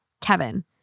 Kevin